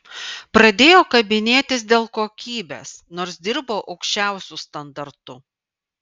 pradėjo kabinėtis dėl kokybės nors dirbau aukščiausiu standartu